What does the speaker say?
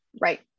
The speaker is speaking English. Right